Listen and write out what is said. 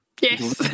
Yes